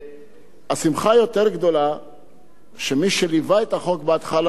מי שליווה את החוק בהתחלה יודע שזה התחיל ברעש אדיר,